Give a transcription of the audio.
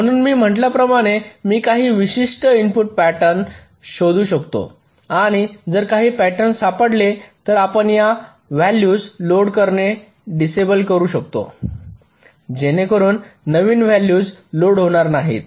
म्हणून मी म्हटल्याप्रमाणे मी काही विशिष्ट इनपुट प्याटर्न शोधू शकतो आणि जर काही प्याटर्न सापडले तर आपण या व्यालूझ लोड करणे डिसेबल करू शकतो जेणेकरुन नवीन व्यालूझ लोड होणार नाहीत